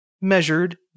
measured